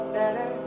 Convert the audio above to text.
better